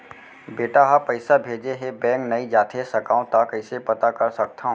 बेटा ह पइसा भेजे हे बैंक नई जाथे सकंव त कइसे पता कर सकथव?